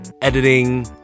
editing